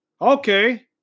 Okay